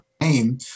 name